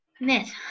Myth